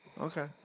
Okay